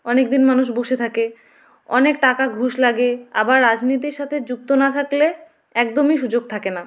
অনেক দিন মানুষ বসে থাকে অনেক টাকা ঘুষ লাগে আবার রাজনীতির সাথে যুক্ত না থাকলে একদমই সুযোগ থাকে না